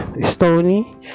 stony